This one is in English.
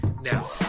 Now